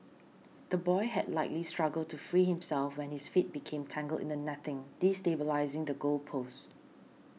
the boy had likely struggled to free himself when his feet became tangled in the netting destabilising the goal post